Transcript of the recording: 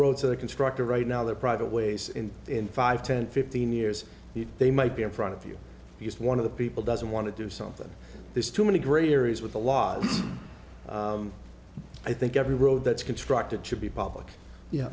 road to the constructor right now they're private ways and in five ten fifteen years they might be in front of you because one of the people doesn't want to do something there's too many gray areas with the law and i think every road that's constructed should be public you know